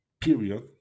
period